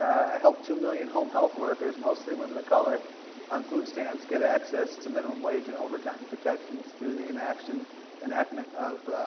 i helped two million home-health workers, mostly women of color on food stamps, get access to minimum wage and overtime protections through the enactment enactment of